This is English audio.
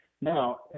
Now